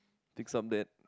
fix up that